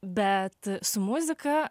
bet su muzika